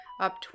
up